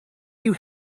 you